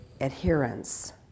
adherence